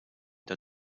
der